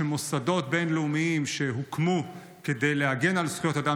שמוסדות בין-לאומיים שהוקמו כדי להגן על זכויות אדם,